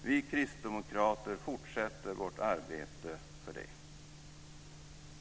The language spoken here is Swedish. Vi kristdemokrater fortsätter vårt arbete för det.